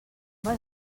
vas